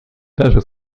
даже